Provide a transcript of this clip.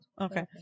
okay